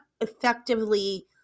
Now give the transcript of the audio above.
effectively